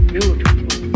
Beautiful